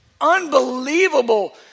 unbelievable